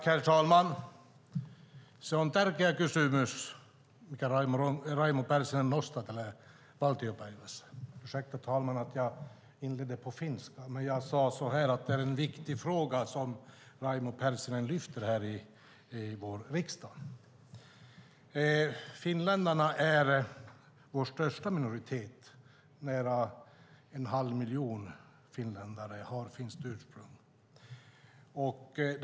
Herr talman! Se on tärkeä kysymys, jonka Raimo Pärssinen nosti esiin valtiopäivillä. Ursäkta, herr talman, att jag inledde på finska. Jag sade att det är en viktig fråga som Raimo Pärssinen lyfter i vår riksdag. Finländarna är vår största minoritet. Det är nära en halv miljon som är finländare eller som har finskt ursprung.